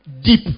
deep